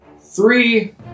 Three